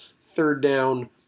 third-down